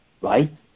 right